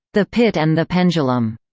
the pit and the pendulum,